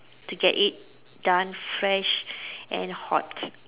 to get it done fresh and hot